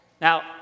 Now